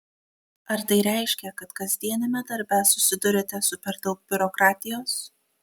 ar tai reiškia kad kasdieniame darbe susiduriate su per daug biurokratijos